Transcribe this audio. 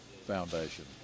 Foundation